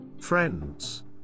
Friends